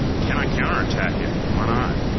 can i counter attack it? why not?